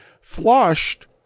flushed